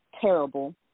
terrible